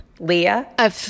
Leah